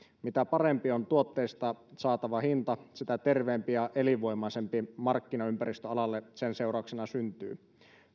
mitä parempi on tuotteesta saatava hinta sitä terveempi ja elinvoimaisempi markkinaympäristö alalle sen seurauksena syntyy